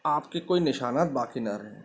آپ کے کوئی نشانات باقی نہ رہیں